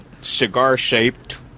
cigar-shaped